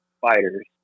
fighters